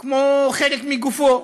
כמו חלק מגופו.